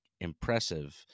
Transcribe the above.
impressive